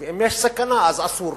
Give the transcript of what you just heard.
ואם יש סכנה, אז אסור.